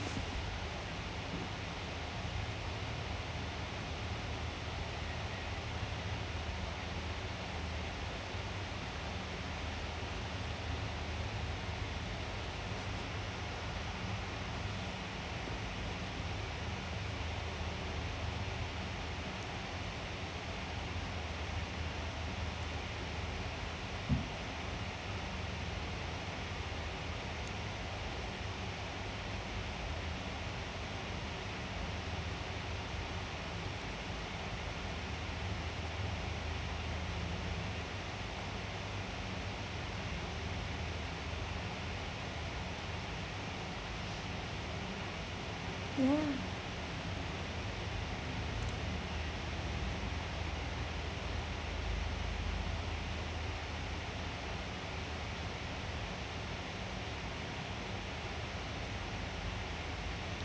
ya